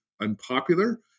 unpopular